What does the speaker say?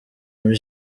muri